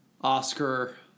Oscar